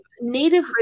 native